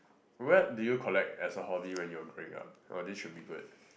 what do you collect as a hobby when you were growing up oh this should be good